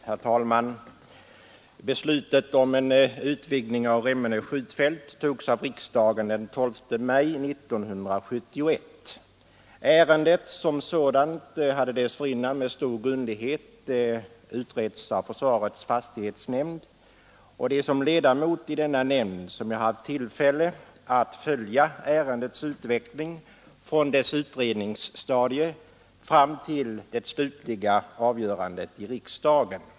Herr talman! Beslutet om en utvidgning av Remmene skjutfält togs av riksdagen den 12 maj 1971. Ärendet som sådant hade dessförinnan med stor grundlighet utretts av försvarets fastighetsnämnd, och det är som ledamot i denna nämnd som jag har haft tillfälle att följa ärendets utveckling från dess utredningsstadium fram till det slutliga avgörandet i riksdagen.